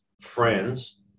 friends